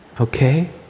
okay